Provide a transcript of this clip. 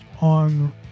on